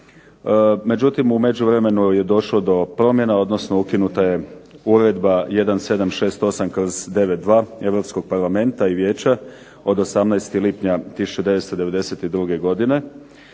Međutim u međuvremenu je došlo do promjena odnosno ukinuta je uredba 1768/92 EU parlamenta i vijeća od 18. lipnja 1992. godine.